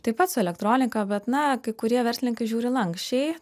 taip pat su elektronika bet na kai kurie verslininkai žiūri lanksčiai